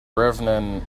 reverend